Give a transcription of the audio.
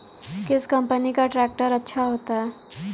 किस कंपनी का ट्रैक्टर अच्छा होता है?